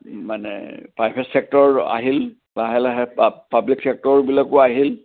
মানে private sector আহিল লাহে লাহে পা পাব্লিক চেক্টৰবিলাকো আহিল